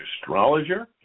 astrologer